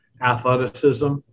athleticism